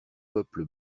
peuple